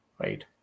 Right